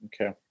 okay